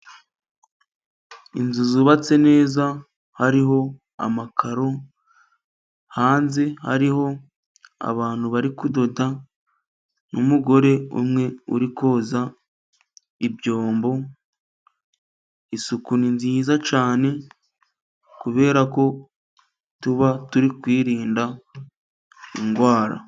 Inzu zubatse neza hariho amakaro, hanze hariho abantu bari kudoda n'umugore umwe uri koza ibyombo ,isuku ni nziza cyane, kubera ko tuba turi kwirinda indwara.